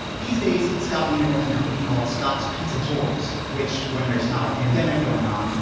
these days, scott wiener runs a company called scott's pizza tours, which, when there is not a pandemic going on,